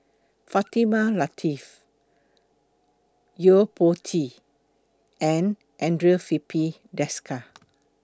Fatimah Lateef Yo Po Tee and Andre Filipe Desker